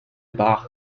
bach